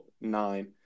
nine